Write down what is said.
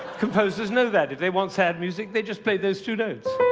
composers know that. if they want sad music, they just play those two notes.